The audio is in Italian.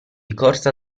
corsa